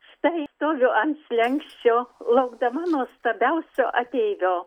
štai stoviu ant slenksčio laukdama nuostabiausio ateivio